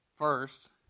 First